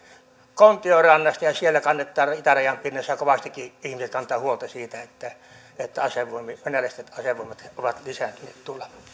kontiorannasta ja ja itärajan pinnassa ihmiset kantavat kovastikin huolta siitä että että venäläiset asevoimat ovat lisääntyneet tuolla